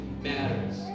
matters